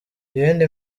iyindi